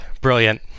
Brilliant